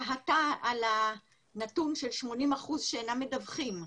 תהתה על הנתון של 80% שאינם מדווחים,